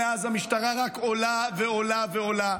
מאז המשטרה רק עולה ועולה ועולה.